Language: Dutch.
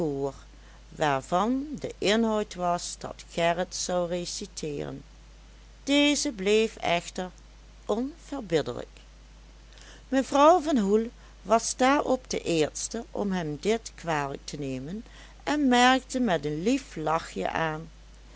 waarvan de inhoud was dat gerrit zou reciteeren deze bleef echter onverbiddelijk mevrouw van hoel was daarop de eerste om hem dit kwalijk te nemen en merkte met een lief lachjen aan